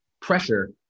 pressure